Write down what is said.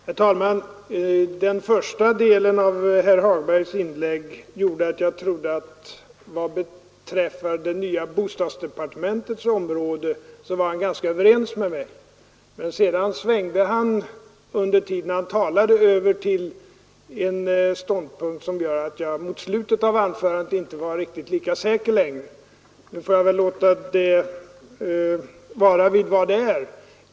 Herr talman! Den första delen av herr Hagbergs inlägg gjorde att jag trodde att han, vad beträffar det nya bostadsdepartementets område, var ganska ense med mig. Men under tiden som han talade svängde han över till en ståndpunkt som gjorde att jag inte var lika säker mot slutet av anförandet. Jag får låta det vara vid vad det är.